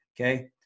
okay